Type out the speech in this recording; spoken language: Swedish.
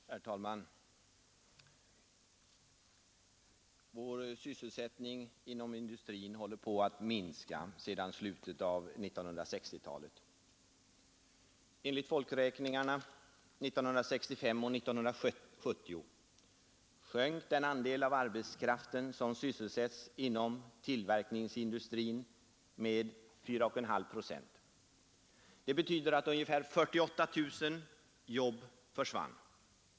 Herr talman! Vår sysselsättning inom industrin håller på att minska sedan slutet av 1960-talet. Enligt folkräkningarna 1965 och 1970 sjönk den andel av arbetskraften som sysselsätts inom tillverkningsindustrin med 4,5 procent. Det betyder att ungefär 48 000 jobb försvann.